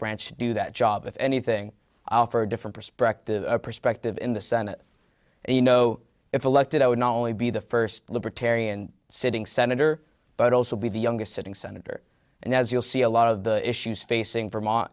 branch do that job with anything for a different perspective a perspective in the senate and you know if elected i would not only be the first libertarian sitting senator but also be the youngest sitting senator and as you'll see a lot of the issues facing vermont